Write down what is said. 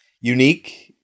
unique